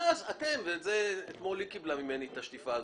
ואז אתמול היא קיבלה ממני את השטיפה הזאת.